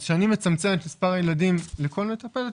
אז כשאני מצמצם את מספר הילדים לכל מטפלת,